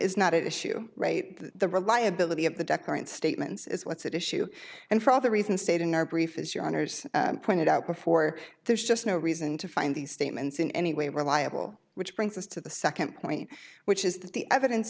is not at issue right the reliability of the deck aren't statements is what's at issue and for all the reasons stated in our brief as your honour's pointed out before there's just no reason to find these statements in any way reliable which brings us to the second point which is that the evidence